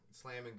Slamming